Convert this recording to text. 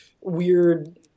weird –